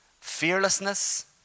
Fearlessness